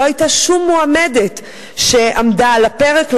שלא היתה שום מועמדת שעמדה על הפרק,